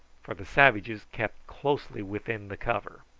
for the savages kept closely within the cover.